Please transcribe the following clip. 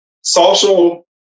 social